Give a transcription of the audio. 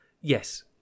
Yes